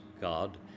God